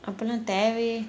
அப்போனா தேவையே:apponaa thevaiyae